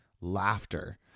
laughter